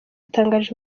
yatangije